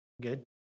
Good